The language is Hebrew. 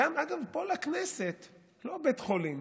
אגב, פה לכנסת, לא בית חולים,